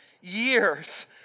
years